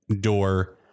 door